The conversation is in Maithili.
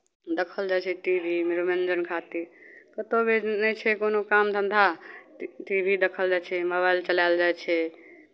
देखल जाइ छै टी वी मनोरञ्जन खातिर कतहु भी नहि छै कोनो काम धन्धा टी वी देखल जाइ छै मोबाइल चलायल जाइ छै